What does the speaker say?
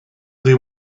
they